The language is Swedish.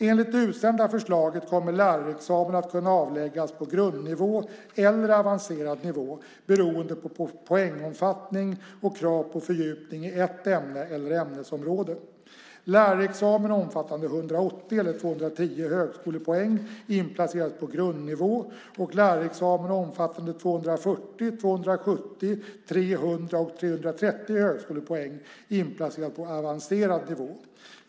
Enligt det utsända förslaget kommer lärarexamen att kunna avläggas på grundnivå eller avancerad nivå beroende på poängomfattning och krav på fördjupning i ett ämne eller ämnesområde. Lärarexamen omfattande 180 och 210 högskolepoäng inplaceras på grundnivå och lärarexamen omfattande 240, 270, 300 och 330 högskolepoäng inplaceras på avancerad nivå.